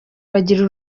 bagira